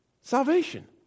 salvation